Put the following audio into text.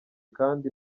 kandi